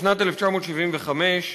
משנת 1975,